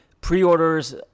Pre-orders